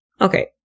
Okay